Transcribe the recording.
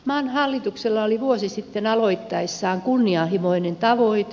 maan hallituksella oli vuosi sitten aloittaessaan kunnianhimoinen tavoite